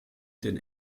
den